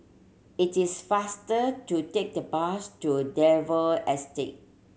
it is faster to take the bus to Dalvey Estate